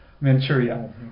Manchuria